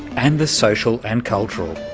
and the social and cultural.